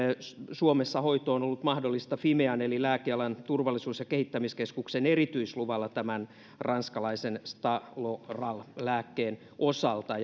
suomessa hoito on ollut mahdollista fimean eli lääkealan turvallisuus ja kehittämiskeskuksen erityisluvalla tämän ranskalaisen staloral lääkkeen osalta